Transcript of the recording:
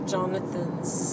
Jonathan's